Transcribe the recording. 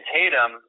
Tatum